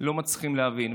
לא מצליחים להעביר.